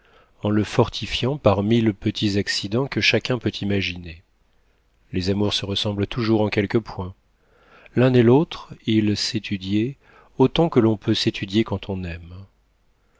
en le fortifiant par mille petits accidents que chacun peut imaginer les amours se ressemblent toujours en quelques points l'un et l'autre ils s'étudiaient autant que l'on peut s'étudier quand on aime